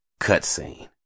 cutscene